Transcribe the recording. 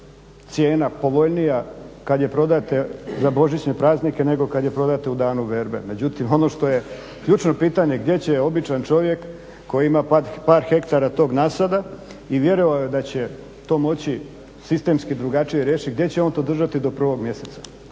cijena povoljnija kada je prodate za božićne praznike nego kada je prodate u danu berbe. Međutim, ono što je ključno pitanje gdje će običan čovjek koji ima par hektara tog nasada i vjerovao je da će to moći sistemski drugačije riješiti gdje će on to držati do 1. mjeseca.